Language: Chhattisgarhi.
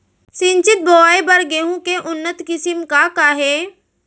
सिंचित बोआई बर गेहूँ के उन्नत किसिम का का हे??